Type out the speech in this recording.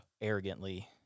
arrogantly